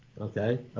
okay